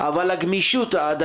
הבמה שלך.